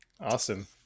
Awesome